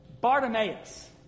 Bartimaeus